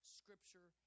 scripture